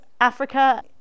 Africa